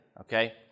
okay